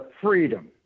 freedom